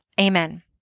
amen